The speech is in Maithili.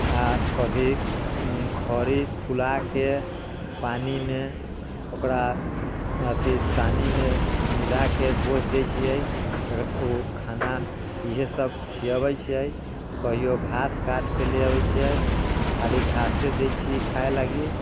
आओर कभी खरी फुलाके पानिमे ओकरा अथी सानीमे मिलाके बोझ दै छियै ओ खाना इहे सब खीयबै छियै कहियो घास काटिके लए अबै छियै खाली घास दै छियै खाइ लागी